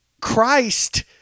christ